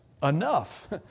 Enough